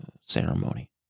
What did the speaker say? ceremony